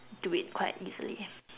do it quite easily